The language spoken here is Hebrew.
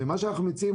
ומה שאנחנו מציעים,